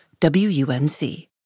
WUNC